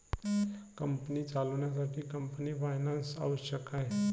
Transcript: company चालवण्यासाठी company finance आवश्यक आहे